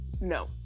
no